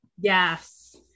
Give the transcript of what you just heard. Yes